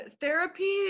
therapy